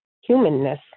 humanness